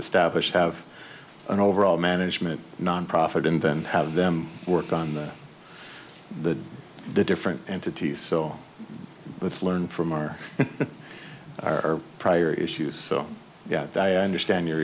establish have an overall management nonprofit in then have them work on the the the different entities so let's learn from our our prior issues so yeah i understand your